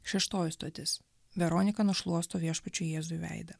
šeštoji stotis veronika nušluosto viešpačiui jėzui veidą